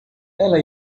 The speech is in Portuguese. ela